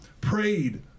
prayed